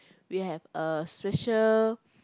we have uh special